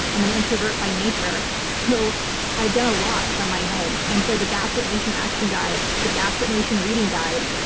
i'm an introvert by nature. so i've done a lot from my home. and so the gaslit nation action guide, the gaslit nation reading guide,